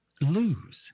Lose